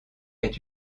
est